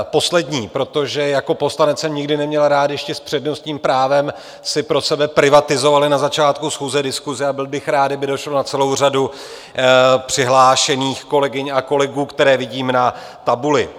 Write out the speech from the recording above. Poslední, protože jako poslanec jsem nikdy neměl rád, když ti s přednostním právem si pro sebe privatizovali na začátku schůze diskusi, a byl bych rád, kdyby došlo na celou řadu přihlášených kolegyň a kolegů, které vidím na tabuli.